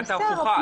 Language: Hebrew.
השאלה הייתה הפוכה,